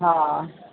हा